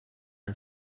and